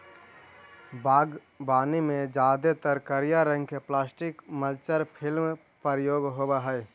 बागवानी में जादेतर करिया रंग के प्लास्टिक मल्च फिल्म प्रयोग होवऽ हई